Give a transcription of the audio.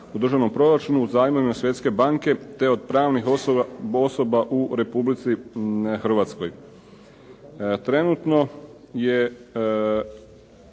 državnom proračunu u zajmovima Svjetske banke, te od pravnih osoba u Republici Hrvatskoj.